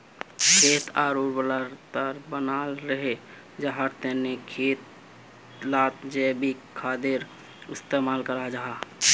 खेत लार उर्वरता बनाल रहे, याहार तने खेत लात जैविक खादेर इस्तेमाल कराल जाहा